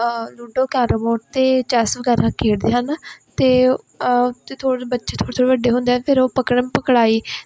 ludo carrom board ਅਤੇ chess ਵਗੈਰਾ ਖੇਡਦੇ ਹਨ ਅਤੇ ਅਤੇ ਥੋੜ੍ਹੇ ਬੱਚੇ ਥੋੜ੍ਹੇ ਥੋੜ੍ਹੇ ਵੱਡੇ ਹੁੰਦੇ ਫਿਰ ਉਹ ਪਕੜਮ ਪਕੜਾਈ